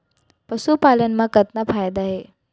पशुपालन मा कतना फायदा हे?